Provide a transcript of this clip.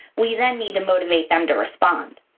we then need to motivate them to respond.